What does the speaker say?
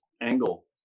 angle